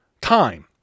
time